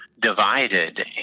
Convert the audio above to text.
divided